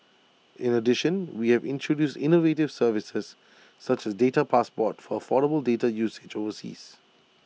in addition we have introduced innovative services such as data passport for affordable data usage overseas